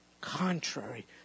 contrary